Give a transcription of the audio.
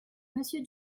monsieur